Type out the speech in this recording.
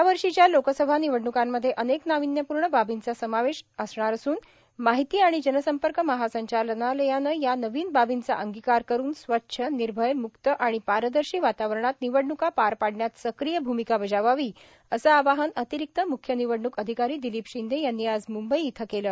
यावर्षीच्या लोकसभा निवडणूकांमध्ये अनेक नाविन्यपूर्ण बार्बीचा समावेश असणार असून माहिती आणि जनसंपर्क महासंचालनालयानं या नवीन बाबींचा अंगीकार करून स्वच्छ निर्भय म्क्त आणि पारदर्शी वातावरणात निवडणूका पार पाडण्यात सक्रीय भूमिका बजावावी असं आवाहन अतिरिक्त म्ख्य निवडणूक अधिकारी दिलीप शिंदे यांनी आज मुंबई इथं केलं